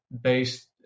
based